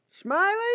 Smiley